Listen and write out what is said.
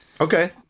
Okay